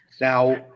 Now